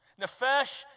Nefesh